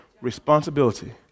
Responsibility